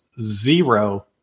zero